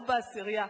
לא בעשירייה,